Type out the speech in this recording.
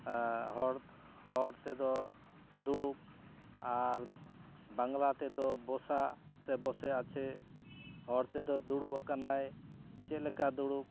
ᱦᱚᱲ ᱦᱚᱲ ᱛᱮᱫᱚ ᱫᱩᱲᱩᱵ ᱟᱨ ᱵᱟᱝᱞᱟ ᱛᱮᱫᱚ ᱵᱚᱥᱟ ᱥᱮ ᱵᱚᱥᱮ ᱟᱪᱷᱮ ᱦᱚᱲ ᱛᱮᱫᱚ ᱫᱩᱲᱩᱵ ᱟᱠᱟᱱᱟᱭ ᱪᱮᱫᱞᱮᱠᱟ ᱫᱩᱲᱩᱵ